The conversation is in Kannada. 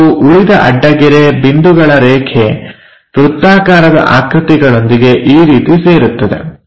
ಮತ್ತು ಉಳಿದ ಅಡ್ಡಗೆರೆ ಬಿಂದುಗಳ ರೇಖೆ ವೃತ್ತಾಕಾರದ ಆಕೃತಿಗಳೊಂದಿಗೆ ಈ ರೀತಿ ಸೇರುತ್ತದೆ